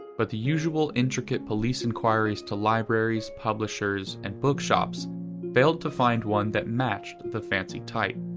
but the usual intricate police enquiries to libraries, publishers, and bookshops failed to find one that matched the fancy type.